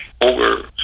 over